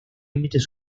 límites